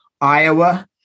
Iowa